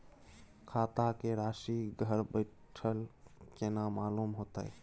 खाता के राशि घर बेठल केना मालूम होते?